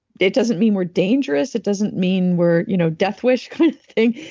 it doesn't mean we're dangerous. it doesn't mean were you know death wish kind of thing.